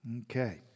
Okay